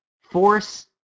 force